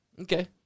Okay